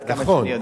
עד כמה שאני יודע.